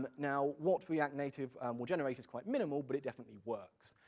but now, what react native will generate is quite minimal, but it definitely works.